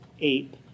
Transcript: ape